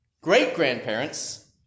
great-grandparents